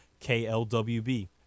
KLWB